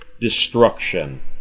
destruction